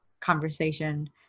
conversation